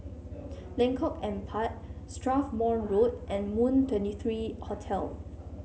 Lengkok Empat Strathmore Road and Moon Twenty three Hotel